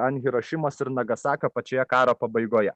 ant hirošimos ir nagasakio pačioje karo pabaigoje